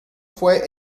fue